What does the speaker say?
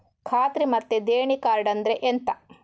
ಖಾತ್ರಿ ಮತ್ತೆ ದೇಣಿ ಕಾರ್ಡ್ ಅಂದ್ರೆ ಎಂತ?